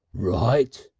right!